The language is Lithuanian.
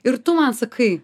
ir tu man sakai